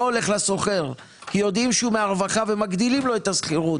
הוא לא הולך לשוכר כי יודעים שהוא מהרווחה ומגדילים לו את השכירות.